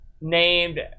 named